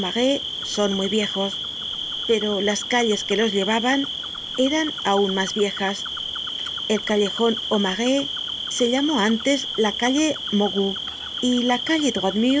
son muy viejos pero las calles que los llevaban eran aun mas viejas el callejon au marais se llamó antes la calle maugout y la calle